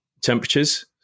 temperatures